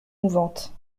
mouvante